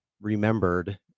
remembered